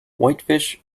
whitefish